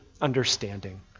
understanding